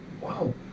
Wow